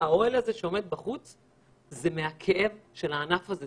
האוהל שעומד בחוץ הוא בגלל הכאב שיש בקרב העוסקים בענף הזה.